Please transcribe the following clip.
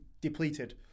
depleted